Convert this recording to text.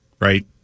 right